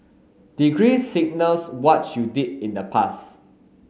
degrees signals what's you did in the past